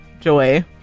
Joy